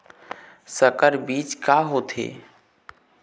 संकर बीज का होथे?